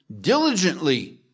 Diligently